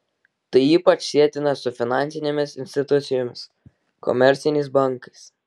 tai ypač sietina su finansinėmis institucijomis komerciniais bankais